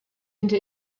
into